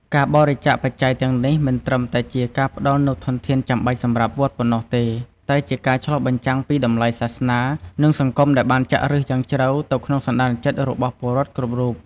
ការបរិច្ចាគបច្ច័យទាំងនេះមិនត្រឹមតែជាការផ្ដល់នូវធនធានចាំបាច់សម្រាប់វត្តប៉ុណ្ណោះទេ តែជាការឆ្លុះបញ្ចាំងពីតម្លៃសាសនា និងសង្គមដែលបានចាក់ឫសយ៉ាងជ្រៅទៅក្នុងសន្តានចិត្តរបស់ពលរដ្ឋគ្រប់រូប។